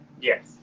Yes